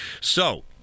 so-